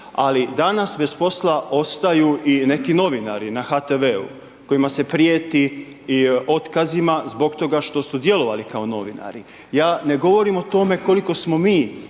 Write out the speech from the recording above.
ali danas bez posla ostaju i neki novinari na HTV-u kojima se prijeti otkazima zbog toga što su djelovali kao novinari. Je ne govorim o tome koliko smo mi